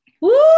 Woo